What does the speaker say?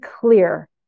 clear